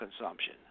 consumption